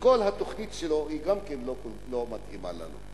גם כל התוכנית שלו לא מתאימה לנו.